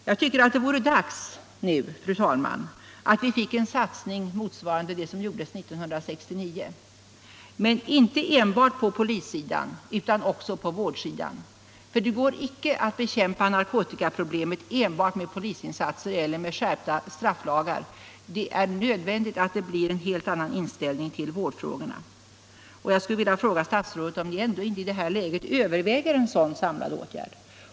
Jag tycker det vore dags nu, fru talman, att vi fick en satsning motsvarande den som gjordes 1969 —- men inte enbart på polissidan utan också på vårdsidan, för det går icke att bekämpa narkotikamissbruket enbart med polisinsatser eller med skärpta strafflagar. Det är nödvändigt att det blir en helt annan inställning till vårdfrågan. Jag skulle vilja fråga statsrådet om ni ändå inte I det här läget överväger en sådan samlad åtgärd.